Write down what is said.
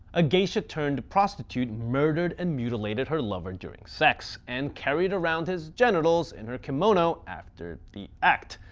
a geisha turned prostitute murdered and mutilated her lover during sex and carried around his genitals in her kimono after the act